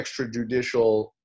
extrajudicial